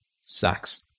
sucks